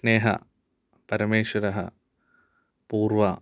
स्नेहा परमेश्वरः पूर्वा